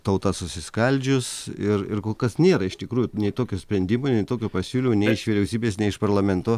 tauta susiskaldžius ir ir kol kas nėra iš tikrųjų nei tokio sprendimo nei tokio pasiūlymo nei iš vyriausybės nei iš parlamento